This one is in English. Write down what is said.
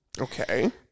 Okay